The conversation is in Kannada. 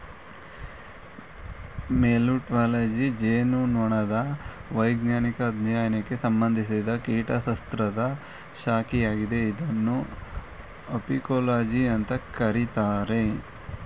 ಮೆಲಿಟ್ಟಾಲಜಿ ಜೇನುನೊಣದ ವೈಜ್ಞಾನಿಕ ಅಧ್ಯಯನಕ್ಕೆ ಸಂಬಂಧಿಸಿದ ಕೀಟಶಾಸ್ತ್ರದ ಶಾಖೆಯಾಗಿದೆ ಇದನ್ನು ಅಪಿಕೋಲಜಿ ಅಂತ ಕರೀತಾರೆ